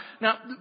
Now